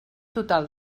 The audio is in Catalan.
total